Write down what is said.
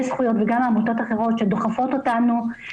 זכויות וגם עמותות אחרות שדוחפות אותנו,